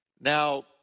Now